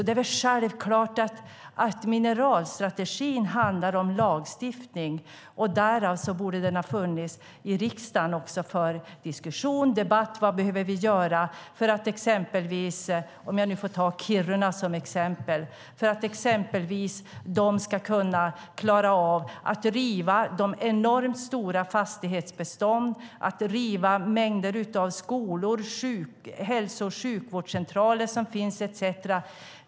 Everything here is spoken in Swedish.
Det är väl självklart att mineralstrategin handlar om lagstiftning, och därför borde den ha funnits i riksdagen för diskussion och debatt om vad vi behöver göra för att exempelvis Kiruna ska kunna klara av att riva de enormt stora fastighetsbestånden - mängder av skolor, hälso och vårdcentraler som finns etcetera.